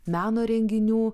meno renginių